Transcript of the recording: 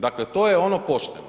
Dakle, to je ono pošteno.